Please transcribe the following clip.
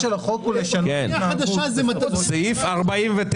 סעיף 49,